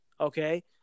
Okay